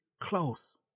close